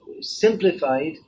simplified